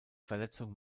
verletzung